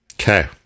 Okay